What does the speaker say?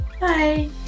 Bye